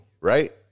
right